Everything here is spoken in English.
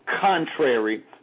contrary